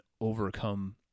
overcome